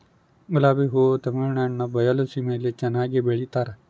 ಗುಲಾಬಿ ಹೂ ತಮಿಳುನಾಡಿನ ಬಯಲು ಸೀಮೆಯಲ್ಲಿ ಚೆನ್ನಾಗಿ ಬೆಳಿತಾರ